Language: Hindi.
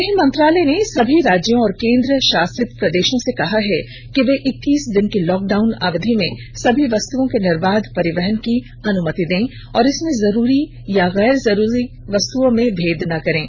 गृह मंत्रालय ने सभी राज्यों और केन्द्र शासित प्रदेशों से कहा है कि वे इक्कीस दिन की लॉक डाउन अवधि में सभी वस्तुओं के निर्बाध परिवहन की अनुमति दें और इसमें जरूरी अथवा गैर जरूरी वस्तओं का भेद न करें